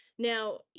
Now